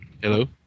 Hello